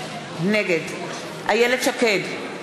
נגד איילת שקד,